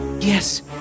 Yes